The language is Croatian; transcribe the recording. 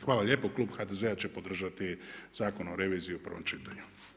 Hvala lijepo, Klub HDZ-a će podržati Zakon o reviziji u prvom čitanju.